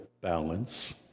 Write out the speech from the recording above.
balance